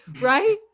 Right